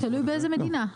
תלוי באיזה מדינה.